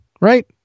right